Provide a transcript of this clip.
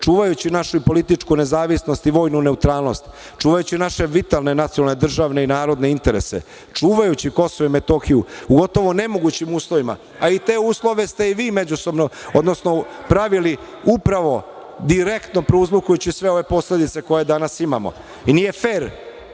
čuvajući našu političku nezavisnost i vojnu neutralnost, čuvajući naše vitalne nacionalne, državne i narodne interese, čuvajući KiM u gotovo nemogućim uslovima, a i te uslove ste i vi međusobno, odnosno pravili upravo direktno prouzrokujući sve ove posledice koje danas imamo. Nije fer